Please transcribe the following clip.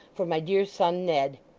for my dear son ned!